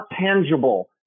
tangible